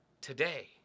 today